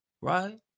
right